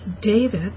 David